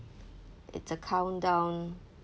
it's a countdown